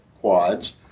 quads